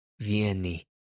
Vieni